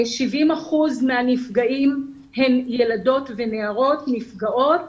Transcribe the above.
70 אחוזים מהנפגעים הן ילדות ונערות נפגעות,